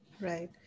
Right